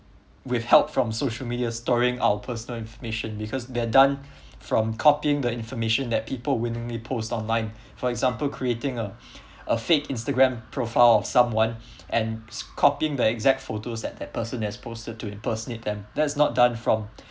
with help from social media storing our personal information because they are done from copying the information that people willingly post online for example creating a a fake instagram profile of someone and copying the exact photos that the person has posted to impersonate them that's not done from